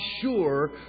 sure